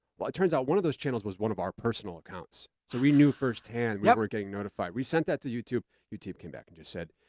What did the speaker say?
well it turns out one of those channels was one of our personal accounts. so we knew firsthand we weren't getting notified. we sent that to youtube, youtube came back and just said,